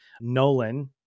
Nolan